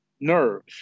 nerves